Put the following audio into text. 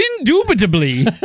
Indubitably